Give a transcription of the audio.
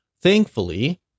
Thankfully